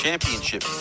Championship